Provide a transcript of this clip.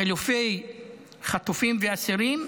חילופי חטופים ואסירים,